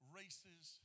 races